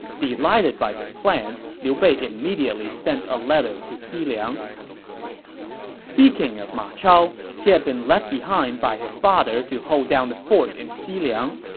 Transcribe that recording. delighted by this plan, liu bei immediately sent a letter to xiliang speaking of ma chao, he had been left behind by his father to hold down the fort in xiliang.